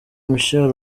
michelle